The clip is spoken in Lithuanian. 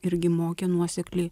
irgi mokė nuosekliai